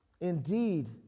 Indeed